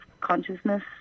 consciousness